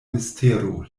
mistero